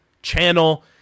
channel